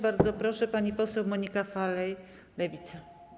Bardzo proszę, pani poseł Monika Falej, Lewica.